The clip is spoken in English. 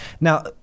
Now